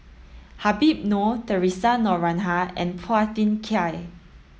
Habib Noh Theresa Noronha and Phua Thin Kiay